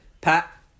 pat